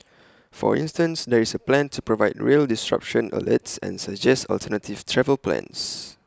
for instance there is A plan to provide rail disruption alerts and suggest alternative travel plans